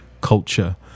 culture